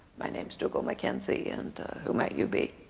my name's dougal mackenzie, and who might you be?